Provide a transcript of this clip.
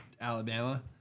Alabama